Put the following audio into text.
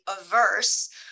averse